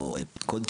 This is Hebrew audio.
חס וחלילה,